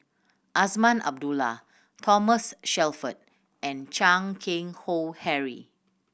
Azman Abdullah Thomas Shelford and Chan Keng Howe Harry